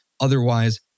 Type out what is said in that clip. Otherwise